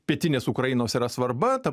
pietinės ukrainos yra svarba ta